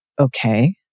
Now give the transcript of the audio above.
okay